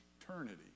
eternity